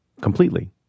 completely